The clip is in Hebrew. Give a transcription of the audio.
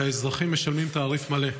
והאזרחים משלמים תעריף מלא.